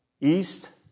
East